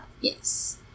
yes